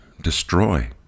destroy